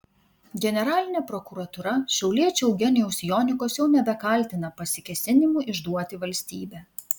generalinė prokuratūra šiauliečio eugenijaus jonikos jau nebekaltina pasikėsinimu išduoti valstybę